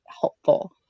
helpful